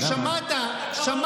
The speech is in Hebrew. חבר הכנסת סימון.